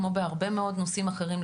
כמו שבהרבה מאוד נושאים אחרים,